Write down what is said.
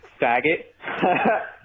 faggot